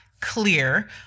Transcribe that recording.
clear